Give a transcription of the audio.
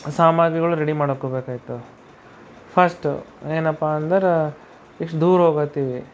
ಸಾಮಾಗ್ರಿಗಳು ರೆಡಿ ಮಾಡ್ಕೋಬೇಕಾಗ್ತದೆ ಫಸ್ಟು ಏನಪ್ಪ ಅಂದರೆ ಎಷ್ಟು ದೂರ ಹೋಗ್ಲತ್ತೀವಿ